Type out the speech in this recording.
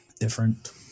different